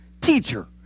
Teacher